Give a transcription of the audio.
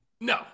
No